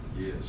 Yes